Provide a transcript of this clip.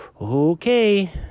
Okay